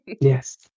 Yes